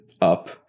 up